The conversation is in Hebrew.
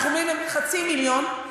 הסכומים הם חצי מיליון,